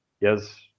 yes